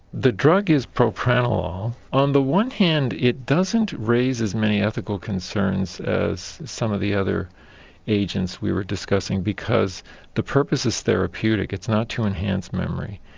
the drug is propranolol. on the one hand it doesn't raise as many ethical concerns as some of the other agents we were discussing, because the purpose is therapeutic. it's not to enhance memory,